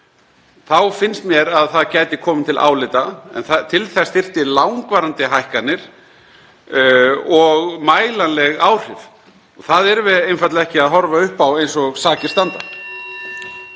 — finnst mér að það gæti komið til álita, en til þess þyrfti langvarandi hækkanir og mælanleg áhrif. Það horfum við einfaldlega ekki upp á eins og sakir standa.